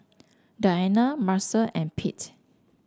Diana Marcel and Pete